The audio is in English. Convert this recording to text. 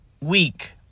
week